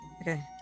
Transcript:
okay